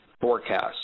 forecast